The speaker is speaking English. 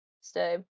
stay